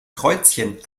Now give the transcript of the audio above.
kreuzchen